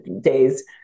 days